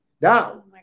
Now